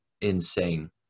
insane